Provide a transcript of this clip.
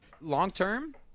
long-term